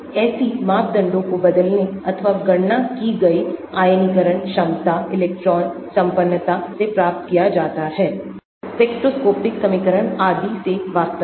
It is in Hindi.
ऐसी मापदंडों को बदलने अथवा गणना की गई आयनीकरण क्षमता इलेक्ट्रॉन संपन्नता से प्राप्त किया जाता है स्पेक्ट्रोस्कोपिक समीकरण आदि से वास्तव में